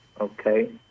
okay